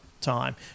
time